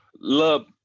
love